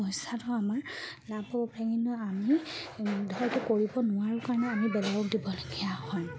পইচাটো আমাৰ লাভ হ'ব পাৰে কিন্তু আমি ধৰক কৰিব নোৱাৰোঁ কাৰণে আমি বেলেগক দিবলগীয়া হয়